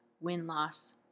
win-loss